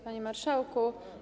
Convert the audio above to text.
Panie Marszałku!